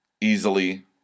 easily